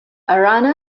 arana